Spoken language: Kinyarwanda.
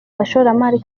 bashoramari